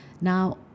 Now